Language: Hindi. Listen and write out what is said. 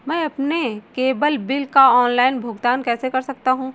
मैं अपने केबल बिल का ऑनलाइन भुगतान कैसे कर सकता हूं?